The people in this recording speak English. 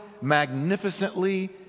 magnificently